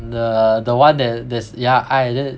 the the one that there's yeah 爱 then